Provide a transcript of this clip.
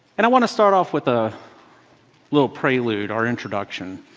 and i want to start off with a little prelude or introduction.